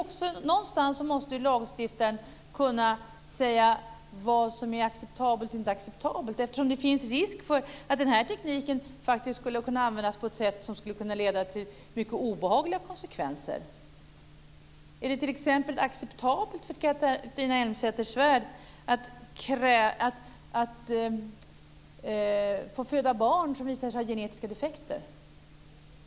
Lagstiftaren måste ju kunna säga vad som är acceptabelt och inte acceptabelt. Det finns nämligen en risk för att den här tekniken faktiskt skulle kunna användas på ett sätt som skulle kunna leda till mycket obehagliga konsekvenser. Är det t.ex. acceptabelt för Catharina Elmsäter Svärd att man får föda barn som visar sig ha genetiska defekter?